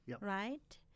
right